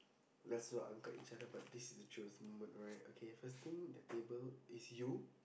let's not angkat each other but this is the truth right okay first thing that table is you